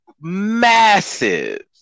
massive